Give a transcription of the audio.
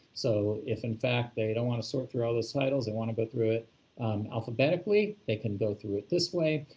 so if in fact they don't want to sort through all those titles, they want to go but through it alphabetically, they can go through it this way.